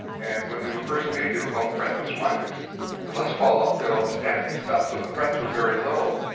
and when they were first made they were called fretless wonders cause les paul ah did all this fancy stuff so the frets were very low.